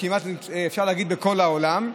אפשר להגיד כמעט בכל העולם,